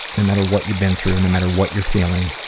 no matter what you've been through, and no matter what you're feeling,